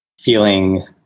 feeling